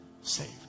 saved